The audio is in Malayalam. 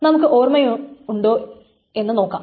നമുക്ക് ഓർമ്മയൊന്ന് പുതുക്കാം